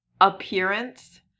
appearance